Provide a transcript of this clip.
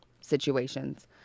situations